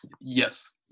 Yes